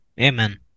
Amen